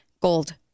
Gold